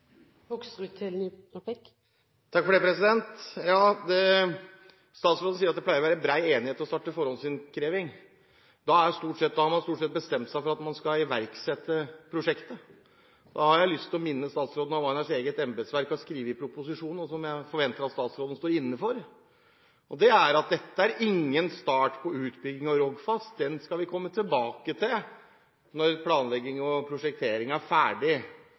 Statsråden sier at det pleier å være bred enighet om å starte forhåndsinnkreving. Da har man stort sett bestemt seg for at man skal iverksette prosjektet. Jeg har lyst til å minne statsråden om hva hennes eget embetsverk har skrevet i proposisjonen, og som jeg forventer at statsråden står inne for, og det er at dette er ingen start på utbygging av Rogfast. Det skal vi komme tilbake til når planlegging og prosjektering er ferdig.